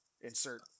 Insert